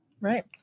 Right